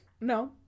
No